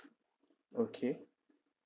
okay